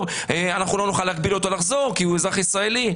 אנחנו לא נוכל להגביל אותו לחזור כי הוא אזרח ישראלי.